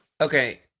Okay